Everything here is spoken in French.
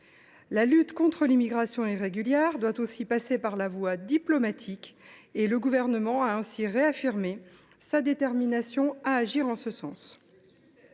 La lutte contre l’immigration irrégulière doit aussi passer par la voie diplomatique, et le Gouvernement a réaffirmé sa détermination à agir en ce sens.